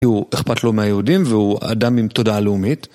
כי הוא אכפת לו מהיהודים והוא אדם עם תודעה לאומית.